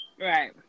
right